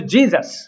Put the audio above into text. Jesus